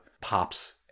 pops